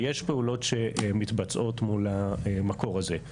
ויש פעולות שמתבצעות מול המקור הזה.